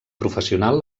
professional